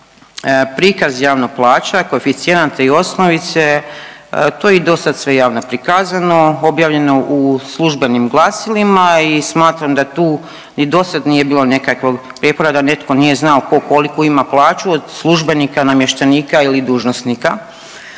prikaz javno plaća, koeficijenata i osnovice, to je i dosad sve javno prikazano, objavljeno u Službenim glasilima i smatram da tu i dosad nije bilo nekakvog prijepora da netko nije znao ko koliku ima plaću od službenika, namještenika ili dužnosnika,